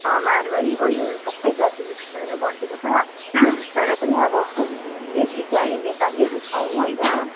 मारवाडी भयो सबै जाति मिक्स भएर बसेको छ तर पनि अब बेसी चाहिँ हामी नेपालीहरू छौँ होइन